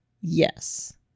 Yes